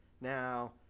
Now